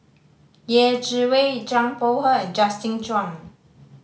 Yeh Chi Wei Zhang Bohe and Justin Zhuang